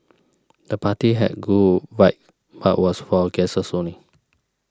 the party had a cool vibe but was for guests only